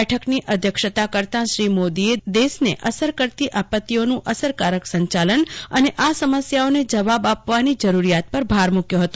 બેઠકની અધ્યજ્ઞતા કરતાં શ્રી મોદીએ દેશને અસ્તર કરતાં આપત્તિઓનું અસરકારક સંચાલન અને આ સમસ્યાઓને જવાબ આપવાની જરૂરિયાત પર ભાર મુક્યો હતો